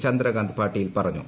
ചന്ദ്രകാന്ത് പാട്ടീൽ പറഞ്ഞു